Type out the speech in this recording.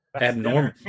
abnormal